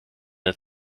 het